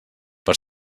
per